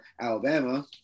alabama